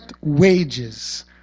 wages